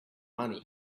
money